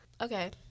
Okay